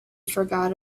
forgot